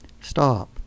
Stop